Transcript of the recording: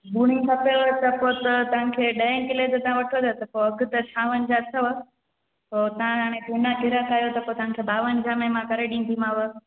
झुनी खपेव पोइ त तव्हांखे ॾहें किले जो तव्हां वठो था त अघु त छावंजाह अथव पोइ तव्हां झूना ग्राहक आहियो त तव्हांखे ॿावंजाह में मां करे ॾींदीमांव